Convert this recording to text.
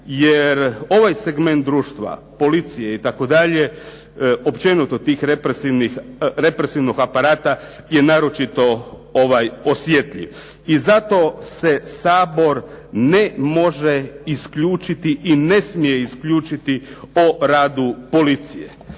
jer ovaj segment društva, policije itd., općenito tih represivnog aparata je naročito osjetljiv. I zato se Sabor ne može isključiti i ne smije isključiti o radu policije.